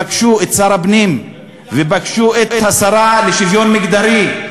פגשו את שר הפנים ופגשו את השרה לשוויון חברתי,